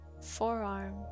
forearm